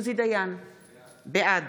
בעד